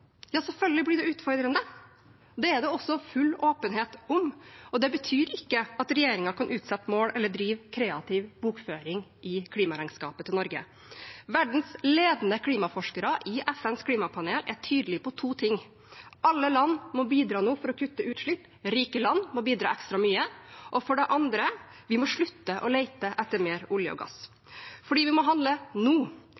Selvfølgelig blir det utfordrende. Det er det også full åpenhet om. Det betyr ikke at regjeringen kan utsette mål eller drive kreativ bokføring i klimaregnskapet til Norge. Verdens ledende klimaforskere i FNs klimapanel er tydelige på to ting. Alle land må bidra nå for å kutte utslipp, rike land må bidra ekstra mye. For det andre: Vi må slutte å lete etter mer olje og gass.